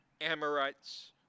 Amorites